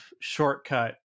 shortcut